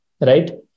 right